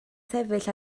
sefyll